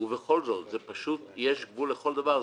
ובכל זאת יש גבול לכל דבר.